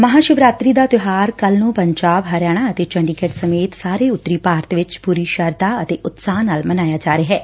ਮਹਾਂ ਸ਼ਿਵਰਾਤਰੀ ਦਾ ਤਿਉਹਾਰ ਕੱਲੁ ਨੂੰ ਪੰਜਾਬ ਹਰਿਆਣਾ ਅਤੇ ਚੰਡੀਗੜੁ ਸਮੇਤ ਸਾਰੇ ਉੱਤਰੀ ਭਾਰਤ ਵਿਚ ਪੁਰੀ ਸ਼ਰਧਾ ਅਤੇ ਉਤਸ਼ਾਹ ਨਾਲ ਮਨਾਇਆ ਜਾ ਰਿਹੈ